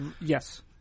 Yes